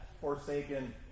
forsaken